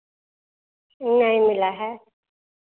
नहीं मिला है